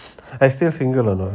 I still single or not